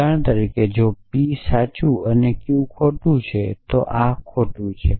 ઉદાહરણ તરીકે જો p સાચુ અને q ખોટું છે તો આ ખોટું છે